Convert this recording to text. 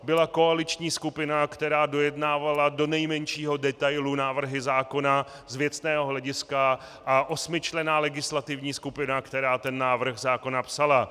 Byla koaliční skupina, která dojednávala do nejmenšího detailu návrhy zákona z věcného hlediska a osmičlenná legislativní skupina, která ten návrh zákona psala.